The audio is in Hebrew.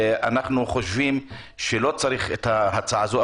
אנחנו חושבים שלא צריך את ההצעה הזאת.